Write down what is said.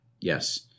Yes